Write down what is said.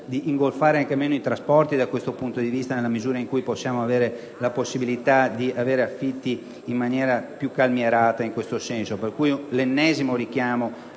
Grazie.